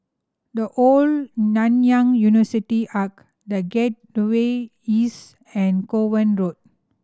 The Old Nanyang University Arch The Gate the way East and Kovan Road